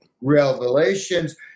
revelations